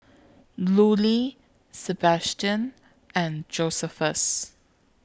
Lulie Sebastian and Josephus